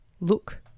look